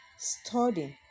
studying